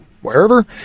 wherever